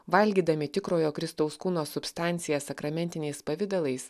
valgydami tikrojo kristaus kūno substanciją sakramentiniais pavidalais